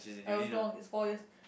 I was wrong it's four years